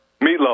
Meatloaf